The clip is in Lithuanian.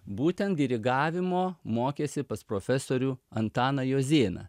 būtent dirigavimo mokėsi pas profesorių antaną jozėną